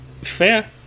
Fair